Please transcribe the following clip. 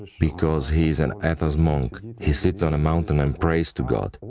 because he is an athos monk, he sits on a mountain and prays to god,